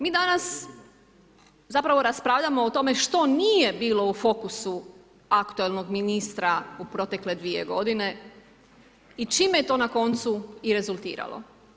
Mi danas zapravo raspravljamo o tome što nije bilo u fokusu aktualnog ministra u protekle dvije godine i čime je to na koncu i rezultiralo.